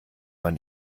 man